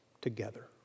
together